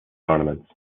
ornaments